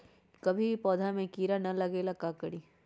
कभी भी पौधा में कीरा न लगे ये ला का करी?